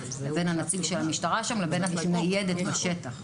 בין הנציג של המשטרה שם לבין הניידת בשטח.